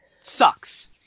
sucks